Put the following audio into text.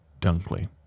Dunkley